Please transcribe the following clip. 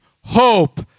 hope